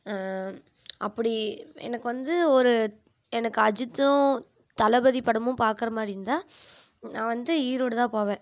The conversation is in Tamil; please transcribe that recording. அப்படி எனக்கு வந்து ஒரு எனக்கு அஜித்தும் தளபதி படமும் பார்க்குற மாதிரி இருந்தால் நான் வந்து ஈரோடுதான் போவேன்